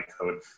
code